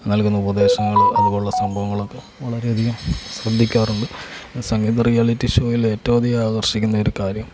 നൽകുന്ന ഉപദേശങ്ങളും അത് പോലുള്ള സംഭവങ്ങളൊക്കെ വളരെയധികം ശ്രദ്ധിക്കാറുണ്ട് സംഗീത റിയാലിറ്റി ഷോയിൽ ഏറ്റവും അധികം ആകർഷിക്കുന്ന ഒരു കാര്യം